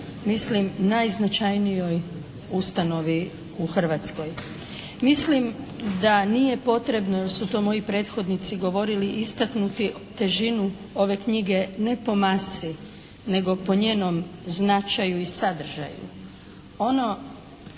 mislim najznačajnijoj ustanovi u Hrvatskoj. Mislim da nije potrebno jer su to moji prethodnici govorili istaknuti težinu ove knjige ne po masi, nego po njenom značaju i sadržaju.